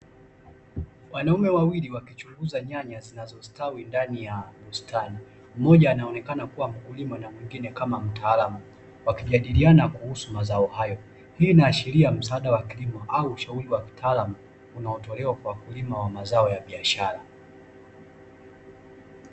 Wanaume wawili wakichunguza nyanya zinazostawi ndani ya bustani. Mmoja anaonekana kuwa mkulima na mwingine kama mtaalamu, wakijadiliana kuhusu mazao hayo. Hii inaashiria msaada wa karibu au ushauri wa kitaalamu, unaotolewa kwa wakulima wa mazao ya biashara.